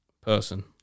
person